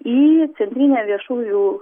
į centrinę viešųjų